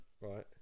Right